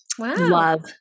Love